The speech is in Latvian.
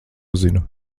zinu